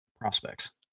prospects